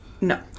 No